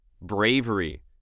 Bravery